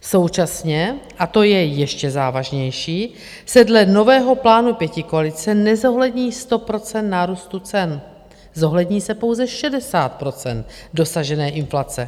Současně, a to je ještě závažnější, se dle nového plánu pětikoalice nezohlední 100 % nárůstu cen, zohlední se pouze 60 % dosažené inflace.